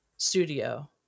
studio